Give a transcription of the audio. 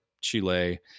Chile